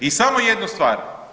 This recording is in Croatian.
I samo jednu stvar.